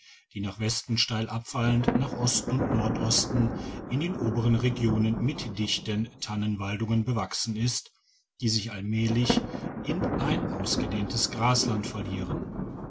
die nach westen steil abfallend nach osten und nordosten in den oberen regionen mit dichten tannenwaldungen bewachsen ist die sich allmählich in ein ausgedehntes grasland verlieren